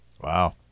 Wow